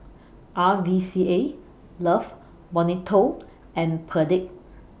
R V C A Love Bonito and Perdix